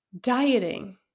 dieting